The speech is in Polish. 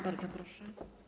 Bardzo proszę.